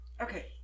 okay